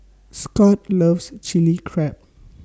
Scot loves Chili Crab